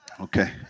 Okay